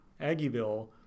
Aggieville